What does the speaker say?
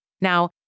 Now